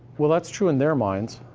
well, that's true in their minds.